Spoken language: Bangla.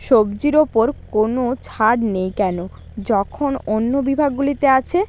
সবজির ওপর কোনও ছাড় নেই কেন যখন অন্য বিভাগগুলিতে আছে